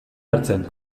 hartzen